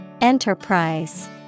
Enterprise